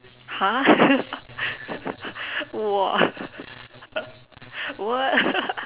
!huh! what what